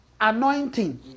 anointing